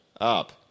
up